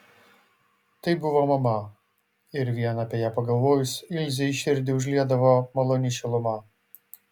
tai buvo mama ir vien apie ją pagalvojus ilzei širdį užliedavo maloni šiluma